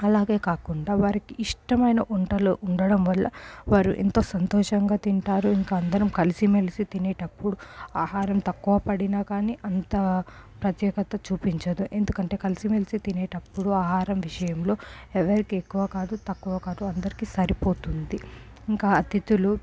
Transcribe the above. అలాగే కాకుండా వారికి ఇష్టమైన వంటలు వండటం వల్ల వారు ఎంతో సంతోషంగా తింటారు ఇంకా అందరూ కలిసి మెలిసి తినేటప్పుడు ఆహారం తక్కువ పడినా కానీ అంతా ప్రత్యేకత చూపించదు ఎందుకంటే కలిసి మెలిసి తినేటప్పుడు ఆహారం విషయంలో ఎవరికి ఎక్కువ కాదు తక్కువ కాదు అందరికీ సరిపోతుంది ఇంకా అతిథులు